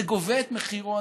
זה גובה את מחירו.